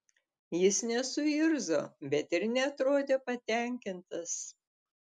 jis nesuirzo bet ir neatrodė patenkintas